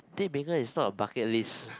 but I think is not a bucket list